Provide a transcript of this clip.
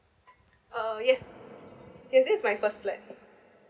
oh yes this is my first flat